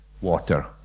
water